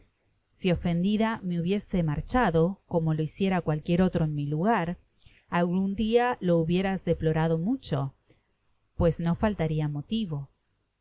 si ofendida rae hubiese marchado como lo hiciera cualquiera otra en mi lugar r algun dia lo hubierais deplorado mucho pues no faltará motivo